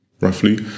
roughly